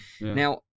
now